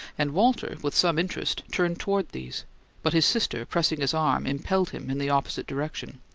and walter, with some interest, turned toward these but his sister, pressing his arm, impelled him in the opposite direction.